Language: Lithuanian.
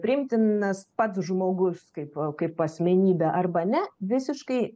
priimtinas pats žmogus kaip kaip asmenybė arba ne visiškai